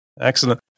excellent